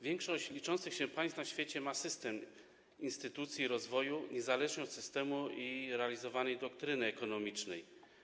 Większość liczących się państw na świecie ma system instytucji rozwoju - niezależnie od systemu i realizowanej doktryny ekonomicznej.